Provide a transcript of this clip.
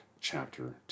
chapter